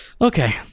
okay